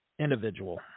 individual